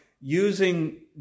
using